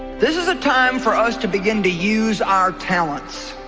this is a time for us to begin to use our talents